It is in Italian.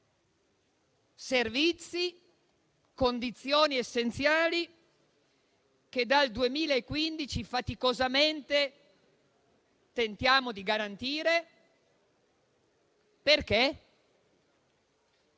servizi e condizioni essenziali che dal 2015 faticosamente tentiamo di garantire. Presidente,